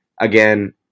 again